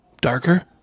darker